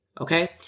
Okay